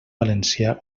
valencià